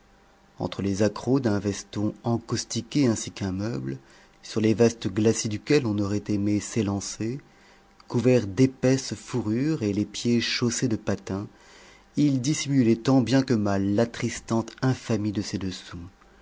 entre les accrocs d'un veston encaustiqué ainsi qu'un meuble sur les vastes glacis duquel on aurait aimé s'élancer couvert d'épaisses fourrures et les pieds chaussés de patins il dissimulait tant bien que mal l'attristante infamie de ses dessous